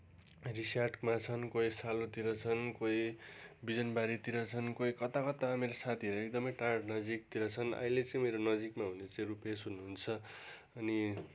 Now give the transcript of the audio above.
रिसी हाटमा छन् कोही सालोतिर छन् कोही बिजनबारीतिर छन् कोही कता कता मेरो साथीहरू एकदमै टाढा नजिकतिर छन् अहिले चाहिँ मेरो नजीकमा हुने चाहिँ रुपेस हुनुहुन्छ अनि